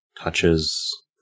touches